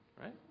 Right